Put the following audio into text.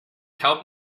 help